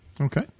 Okay